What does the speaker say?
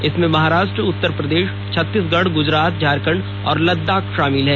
इसमें महाराष्ट्र उत्तर प्रदेश छत्तीसगढ गुजरात झारखंड और लद्दाख शामिल हैं